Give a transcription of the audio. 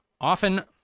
often